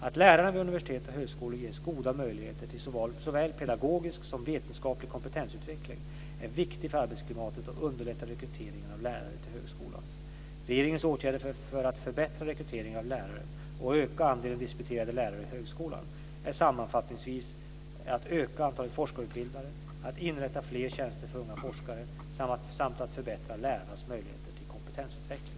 Att lärarna vid universitet och högskolor ges goda möjligheter till såväl pedagogisk som vetenskaplig kompetensutveckling är viktigt för arbetsklimatet och underlättar rekryteringen av lärare till högskolan. Regeringens åtgärder för att förbättra rekryteringen av lärare och öka andelen disputerade lärare i högskolan är sammanfattningsvis att öka antalet forskarutbildade, att inrätta fler tjänster för unga forskare samt att förbättra lärarnas möjligheter till kompetensutveckling.